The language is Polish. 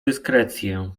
dyskrecję